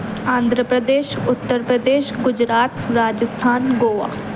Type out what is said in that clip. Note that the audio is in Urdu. آندھر پردیش اتر پردیش گجرات راجستھان گووا